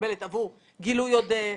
מקבלת עבור גילוי עודף,